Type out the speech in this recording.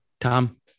Tom